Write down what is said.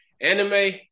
anime